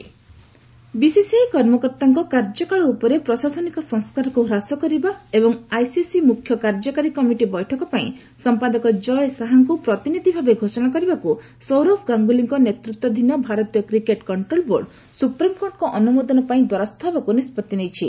BCCI term SC change BCCI କର୍ମକର୍ତ୍ତାଙ୍କ କାର୍ଯ୍ୟକାଳ ଉପରେ ପ୍ରାାସନିକ ସଂସ୍କାରକୁ ହ୍ରାସ କରିବା ଏବଂ ଆଇସିସି ମୁଖ୍ୟ କାର୍ଯ୍ୟକାରୀ କମିଟି ବୈଠକ ପାଇଁ ସଂପାଦକ ଜୟ ଶାହାଙ୍କୁ ପ୍ରତିନିଧି ଭାବେ ଘୋଷଣା କରିବାକୁ ସୌରଭ ଗାଙ୍ଗୁଲିଙ୍କ ନେତୃତ୍ୱାଧୀନ ଭାରତୀୟ କ୍ରିକେଟ କ୍ଷ୍ଟ୍ରୋଲ ବୋର୍ଡ ସୁପ୍ରିମକୋର୍ଟଙ୍କ ଅନୁମୋଦନ ପାଇଁ ଦ୍ୱାରସ୍ଥ ହେବାକୁ ନିଷ୍ପଭି ନେଇଛି